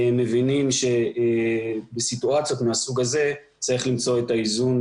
מבינים שבסיטואציות מהסוג הזה צריך למצוא את האיזון